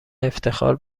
افتخار